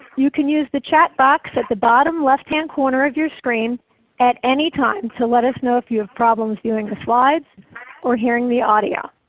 you can use the chat box at the bottom left-hand corner of your screen at any time to let us know if you have problems viewing the slides or hearing the audio.